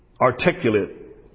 articulate